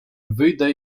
wyjdę